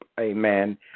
amen